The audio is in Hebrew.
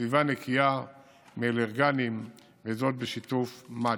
וסביבה נקייה מאלרגנים, וזאת בשיתוף מד"א,